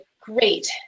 great